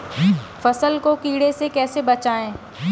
फसल को कीड़े से कैसे बचाएँ?